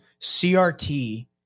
CRT